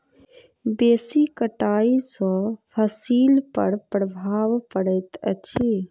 बेसी कटाई सॅ फसिल पर प्रभाव पड़ैत अछि